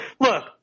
look